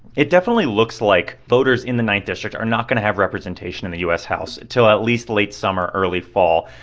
it definitely looks like voters in the ninth district are not going to have representation in the u s. house until at least late summer, early fall.